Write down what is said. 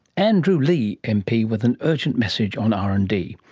andrew leigh mp, with an urgent message on r and d.